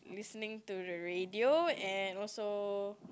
listening to the radio and also